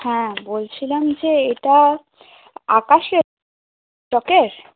হ্যাঁ বলছিলাম যে এটা আকাশ এর টকের